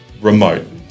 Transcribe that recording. remote